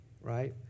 right